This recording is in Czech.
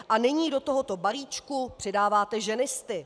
A nyní do tohoto balíčku přidáváte ženisty.